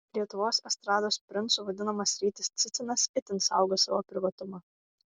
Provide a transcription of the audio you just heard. lietuvos estrados princu vadinamas rytis cicinas itin saugo savo privatumą